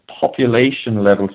population-level